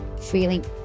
feeling